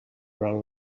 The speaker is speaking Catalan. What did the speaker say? durant